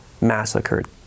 massacred